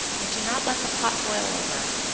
and do not let the pot boil over!